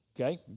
Okay